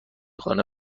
خانه